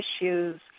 issues